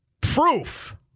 proof